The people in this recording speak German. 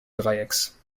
dreiecks